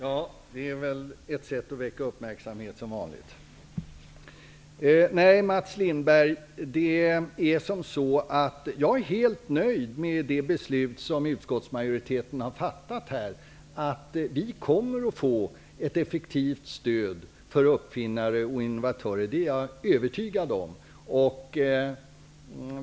Herr talman! Nej, Mats Lindberg, jag är helt nöjd med det beslut som utskottsmajoriteten har fattat. Att vi kommer att få ett effektivt stöd avseende uppfinnare och innovatörer är jag övertygad om.